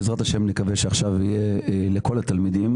בעזרת השם נקווה שעכשיו יהיה לכל התלמידים,